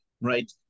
right